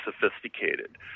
sophisticated